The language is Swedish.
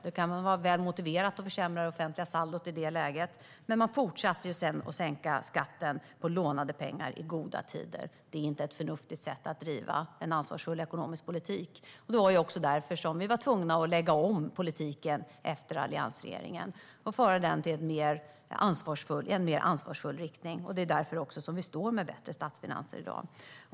Det kan vara väl motiverat att försämra det offentliga saldot i det läget, men man fortsatte sedan att sänka skatten på lånade pengar i goda tider. Det är inte ett förnuftigt sätt att föra en ansvarsfull ekonomisk politik. Det var därför vi var tvungna att lägga om politiken efter alliansregeringen och föra den i en mer ansvarsfull riktning. Det är också därför som vi står med bättre statsfinanser i dag.